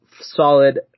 solid